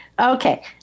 okay